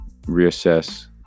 reassess